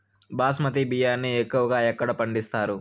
బాస్మతి బియ్యాన్ని ఎక్కువగా ఎక్కడ పండిస్తారు?